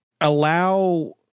allow